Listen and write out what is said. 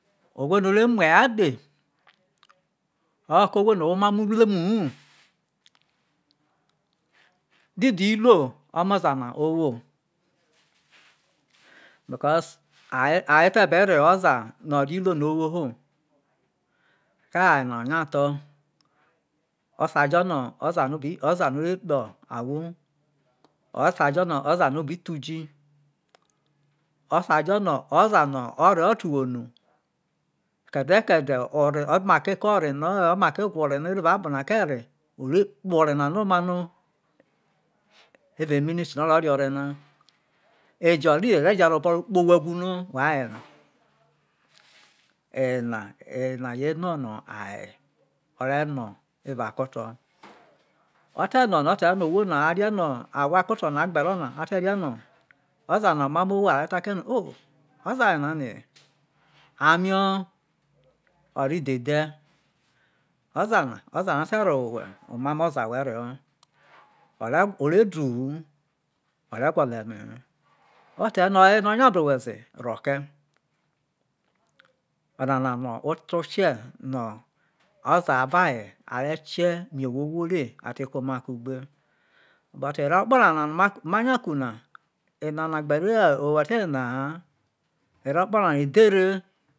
owho no ore mu eya kpe o ko owho no owo oma mo uruemu hu didi iruo omoza na owo? Because aye te be re ho oza no o rie iruo no owo ho ko ho aye na o nya tho o sai jono oza no ore kpe ahwo osai jono oza no ore ho te uwo no ke de kedi o re omake ke e ore oma ke kwa ore no oro akpo na kei re, ore kpe ore na no evao iminiti oro, ejo ri a re je ro obo kpe owhe wuno whe aye na. Eye na yo ono no aye ore no evao akoto o te kpama ota no owho no arie no aro ako no agbe ro na ate rie no ozana omamo owo are ta kie no oza ye na ani e! Ame o ori dhe dhe ozo no ote re ho owhe omamo oza whe reho owhe omamo oza whe reho ore du hu o re gwolo eme he oterono oye nya bru owhe ze. Oto kie no oza avo aye are kie a te ti kuo oma kugbe. But erogba nana no ma nya kuna ero edhere.